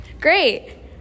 Great